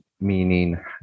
meaning